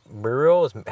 murals